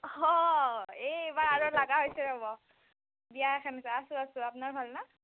অঁ এই এইবাৰ আৰু লাগা হৈছে ৰ'ব বিয়া এখান আছে আছোঁ আছোঁ আপ্না ভাল না